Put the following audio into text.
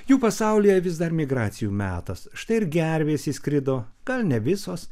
jų pasaulyje vis dar migracijų metas štai ir gervės išskrido gal ne visos